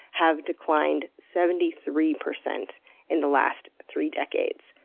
have declined seventy three percent in the last three decades.